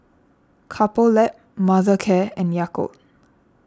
Couple Lab Mothercare and Yakult